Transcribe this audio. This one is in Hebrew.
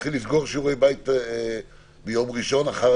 להתחיל לסגור דברים שהושארו כשיעורי בית ביום ראשון אחר